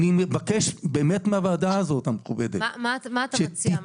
אני מבקש באמת מהוועדה המכובדת הזאת -- מה אתה מציע?